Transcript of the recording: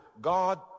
God